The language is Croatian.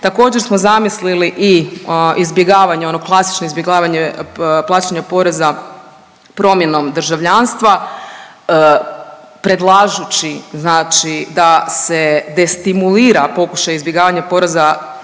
Također smo zamislili i izbjegavanje, ono klasično izbjegavanje plaćanja poreza promjenom državljanstva predlažući znači da se destimulira pokušaj izbjegavanja poreza